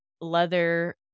leather